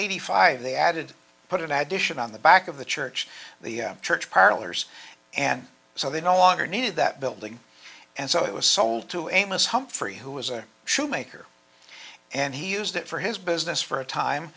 eighty five they added put an admission on the back of the church the church parlors and so they no longer needed that building and so it was sold to amos humphrey who was a shoemaker and he used it for his business for a time